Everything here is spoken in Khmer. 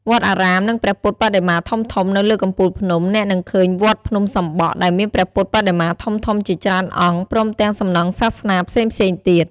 វត្តអារាម និងព្រះពុទ្ធបដិមាធំៗ នៅលើកំពូលភ្នំ អ្នកនឹងឃើញវត្តភ្នំសំបក់ ដែលមានព្រះពុទ្ធបដិមាធំៗជាច្រើនអង្គ ព្រមទាំងសំណង់សាសនាផ្សេងៗទៀត។